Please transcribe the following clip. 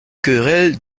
querelles